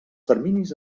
terminis